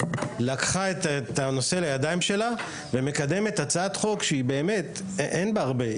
לקחה את הנושא לידיים שלה ומקדמת הצעת חוק שאין בה הרבה,